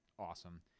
Awesome